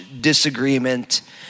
disagreement